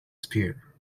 sphere